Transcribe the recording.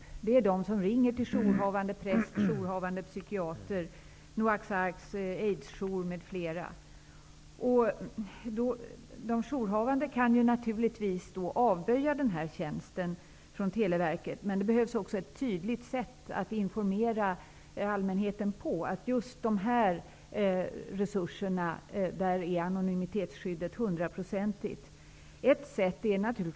De gäller bl.a. dem som ringer till jourhavande präst, jourhavande psykiater, Noaks De jourhavande funktionerna kan naturligtvis avböja den här tjänsten från Televerket. Men allmänheten behöver också tydligt informeras om att anonymitetsskyddet är hundraprocentigt när det gäller dessa resurser.